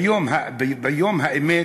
ביום האמת